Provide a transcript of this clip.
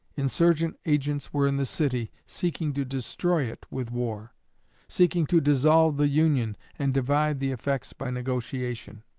insurgent agents were in the city, seeking to destroy it with war seeking to dissolve the union, and divide the effects by negotiation.